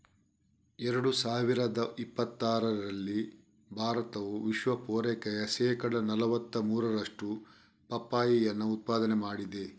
ಎರಡು ಸಾವಿರದ ಇಪ್ಪತ್ತರಲ್ಲಿ ಭಾರತವು ವಿಶ್ವ ಪೂರೈಕೆಯ ಶೇಕಡಾ ನಲುವತ್ತ ಮೂರರಷ್ಟು ಪಪ್ಪಾಯಿಯನ್ನ ಉತ್ಪಾದನೆ ಮಾಡಿದೆ